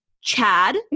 Chad